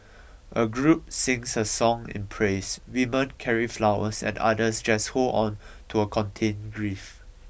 a group sings a song in praise women carry flowers and others just hold on to a contained grief